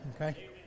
Okay